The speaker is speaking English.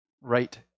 right